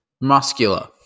muscular